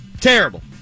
Terrible